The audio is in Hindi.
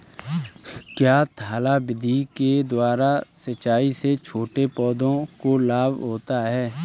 क्या थाला विधि के द्वारा सिंचाई से छोटे पौधों को लाभ होता है?